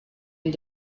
and